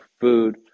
food